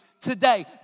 today